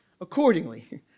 accordingly